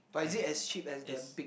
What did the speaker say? and it it's